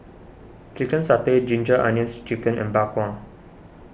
Chicken Satay Ginger Onions Chicken and Bak Kwa